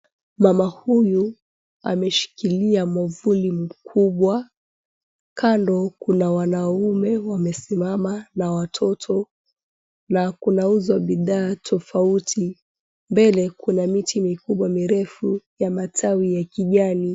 Mama huyu ameshikilia mwavuli mkubwa. Kando kuna wanaume 𝑤𝑎mesimama na watoto na kunauzwa bidhaa tofauti. Mbele kuna miti mikubwa mirefu ya matawi ya kijani.